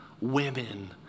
Women